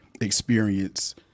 experience